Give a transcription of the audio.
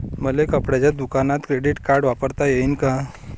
मले कपड्याच्या दुकानात क्रेडिट कार्ड वापरता येईन का?